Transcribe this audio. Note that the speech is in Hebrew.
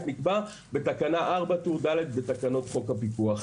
נקבע בתקנה 4 טור ד' בתקנות חוק הפיקוח.